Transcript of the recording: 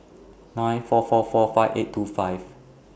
nine four four four five eight two five